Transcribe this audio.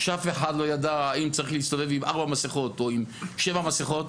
שאף אחד לא ידע האם צריך להסתובב עם ארבע מסכות או עם שבע מסכות.